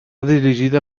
dirigida